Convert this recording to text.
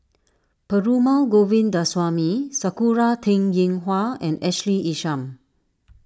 Perumal Govindaswamy Sakura Teng Ying Hua and Ashley Isham